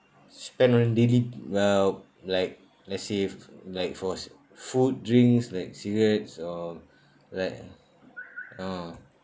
spend on a daily well like let's say f~ like for s~ food drinks like cigarettes or like ah